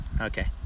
Okay